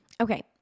Okay